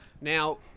Now